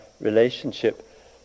relationship